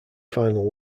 final